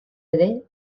ere